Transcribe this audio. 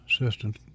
assistant